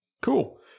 Cool